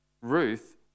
Ruth